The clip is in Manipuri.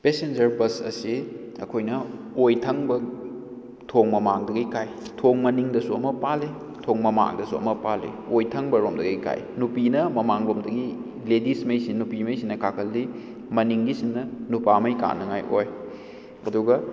ꯄꯦꯁꯦꯟꯖꯔ ꯕꯁ ꯑꯁꯤ ꯑꯩꯈꯣꯏꯅ ꯑꯣꯏ ꯊꯪꯕ ꯊꯣꯡ ꯃꯃꯥꯡꯗꯒꯤ ꯀꯥꯏ ꯊꯣꯡ ꯃꯅꯤꯡꯗꯁꯨ ꯑꯃ ꯄꯥꯜꯂꯤ ꯊꯣꯡ ꯃꯃꯥꯡꯗꯁꯨ ꯑꯃ ꯄꯥꯜꯂꯤ ꯑꯣꯏ ꯊꯪꯕ ꯔꯣꯝꯗꯒꯤ ꯀꯥꯏ ꯅꯨꯄꯤꯅ ꯃꯃꯥꯡ ꯂꯣꯝꯗꯒꯤ ꯂꯦꯗꯤꯁꯉꯩꯁꯤꯅ ꯅꯨꯄꯤꯉꯩꯁꯤꯅ ꯀꯥꯈꯠꯂꯤ ꯃꯅꯤꯡꯒꯤꯁꯤꯅ ꯅꯨꯄꯥꯉꯩ ꯀꯥꯅꯉꯥꯏ ꯑꯣꯏ ꯑꯗꯨꯒ